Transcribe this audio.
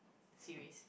series